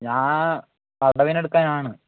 ഞാൻ എടുക്കാനാണ്